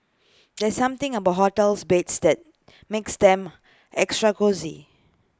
there something about hotels beds that makes them extra cosy